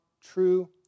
true